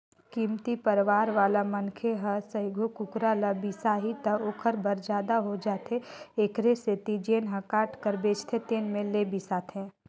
कमती परवार वाला मनखे ह सइघो कुकरा ल बिसाही त ओखर बर जादा हो जाथे एखरे सेती जेन ह काट कर बेचथे तेन में ले बिसाथे